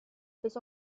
bis